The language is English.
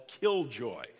Killjoy